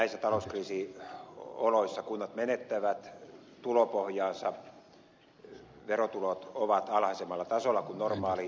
näissä talouskriisin oloissa kunnat menettävät tulopohjaansa verotulot ovat alhaisemmalla tasolla kuin normaaliaikoina